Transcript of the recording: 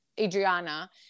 Adriana